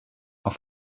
auf